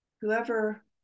whoever